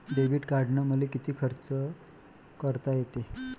Debit कार्डानं मले किती खर्च करता येते?